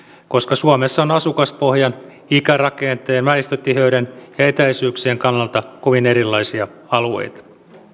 koska suomessa on asukaspohjan ikärakenteen väestötiheyden ja etäisyyksien kannalta kovin erilaisia alueita